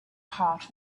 heart